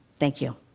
thank you.